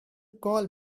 call